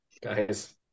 guys